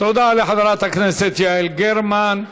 תודה לחברת הכנסת יעל גרמן.